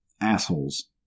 Assholes